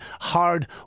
hard